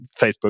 Facebook